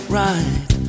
right